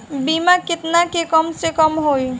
बीमा केतना के कम से कम होई?